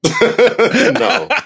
No